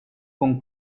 con